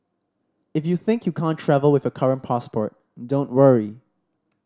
if you think you can't travel with your current passport don't worry